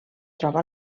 troba